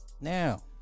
now